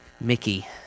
Mickey